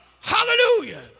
Hallelujah